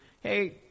Hey